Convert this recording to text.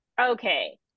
okay